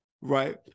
right